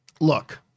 look